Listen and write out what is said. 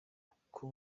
kuko